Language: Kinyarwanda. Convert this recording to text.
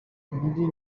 undi